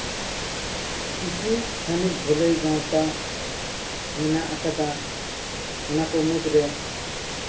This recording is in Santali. ᱠᱤᱪᱷᱩ ᱛᱷᱟᱹᱱᱤᱛ ᱵᱷᱟᱹᱞᱟᱹᱭ ᱜᱟᱶᱛᱟ ᱢᱮᱱᱟᱜ ᱟᱠᱟᱫᱟ ᱚᱱᱟ ᱠᱚ ᱢᱩᱫᱽᱨᱮ